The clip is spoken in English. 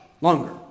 longer